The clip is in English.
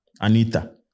Anita